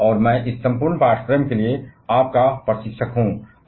और मैं इस कोर्स के लिए आपका प्रशिक्षक बनने जा रहा हूं